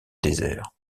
désert